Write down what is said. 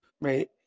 Right